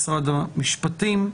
משרד המשפטים.